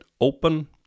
open